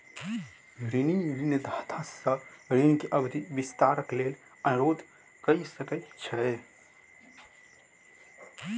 ऋणी ऋणदाता सॅ ऋण के अवधि विस्तारक लेल अनुरोध कय सकै छै